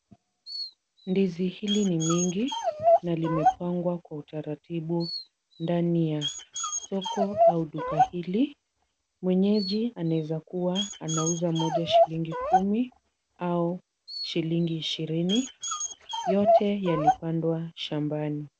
Ndizi hili ni mingi na limepangwa kwa utaratibu ndani ya soko au duka hili. Mwenyeji anaeza kuwa anauza moja shilingi kumi au shilingi ishirini. Yote yalipandwa shambani.